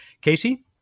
Casey